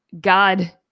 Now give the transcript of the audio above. God